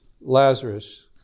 Lazarus